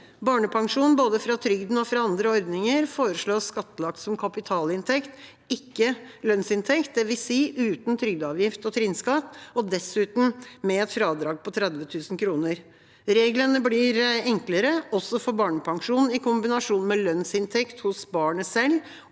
Barnepensjon, både fra trygden og fra andre ordninger, foreslås skattlagt som kapitalinntekt, ikke lønnsinntekt, dvs. uten trygdeavgift og trinnskatt, og dessuten med et fradrag på 30 000 kr. Reglene blir enklere, også for barnepensjon i kombinasjon